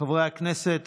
חברי הכנסת,